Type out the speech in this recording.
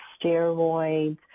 steroids